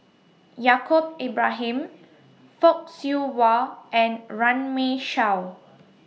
Yaacob Ibrahim Fock Siew Wah and Runme Shaw